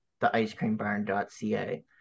theicecreambarn.ca